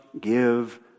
give